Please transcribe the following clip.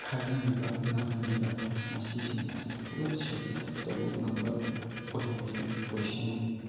ꯈꯜꯍꯟꯕꯤꯕ ꯉꯝꯍꯟꯕꯤꯕ ꯃꯁꯤꯁꯤꯡ ꯑꯁꯤ ꯄꯨꯂꯞ ꯁꯦꯀ꯭ꯔꯤꯐꯥꯏꯁ ꯇꯧꯕ ꯉꯝꯕ ꯑꯣꯏꯍꯟꯕꯤꯕ ꯑꯣꯏꯁꯅꯨ